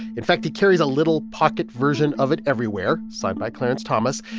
in fact, he carries a little pocket version of it everywhere signed by clarence thomas.